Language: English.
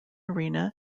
arena